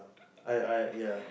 I I ya